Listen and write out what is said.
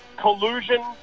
collusion